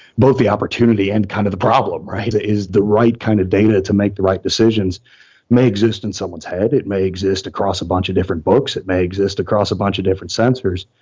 both the opportunity and kind of the problem, is the right kind of data to make the right decisions may exist in someone's head. it may exist across a bunch of different books. it may exist across a bunch of different sensors,